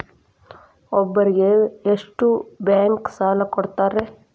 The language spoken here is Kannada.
ಒಬ್ಬರಿಗೆ ಎಷ್ಟು ಬ್ಯಾಂಕ್ ಸಾಲ ಕೊಡ್ತಾರೆ?